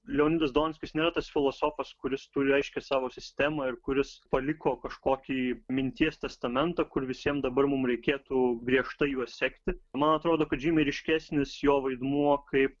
leonidas donskis nėra tas filosofas kuris turi aiškią savo sistemą ir kuris paliko kažkokį minties testamentą kur visiem dabar mums reikėtų griežtai juo sekti man atrodo kad žymiai ryškesnis jo vaidmuo kaip